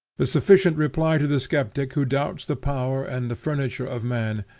the sufficient reply to the skeptic who doubts the power and the furniture of man,